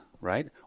right